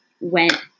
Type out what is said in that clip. went